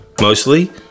mostly